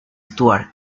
stewart